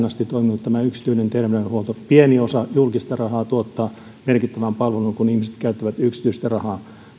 asti toiminut tämä yksityinen terveydenhuolto pieni osa julkista rahaa tuottaa merkittävän palvelun kun ihmiset käyttävät yksityistä rahaa